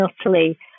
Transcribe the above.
utterly